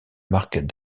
marques